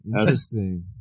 Interesting